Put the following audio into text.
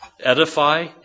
edify